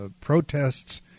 protests